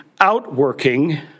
outworking